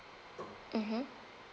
mmhmm